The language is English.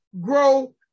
grow